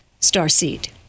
starseed